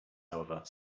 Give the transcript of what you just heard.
however